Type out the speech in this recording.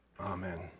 Amen